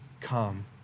come